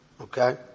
Okay